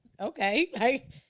Okay